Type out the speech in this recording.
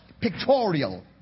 Pictorial